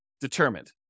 determined